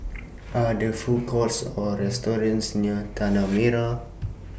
Are There Food Courts Or restaurants near Tanah Merah